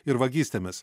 ir vagystėmis